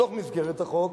בתוך מסגרת החוק,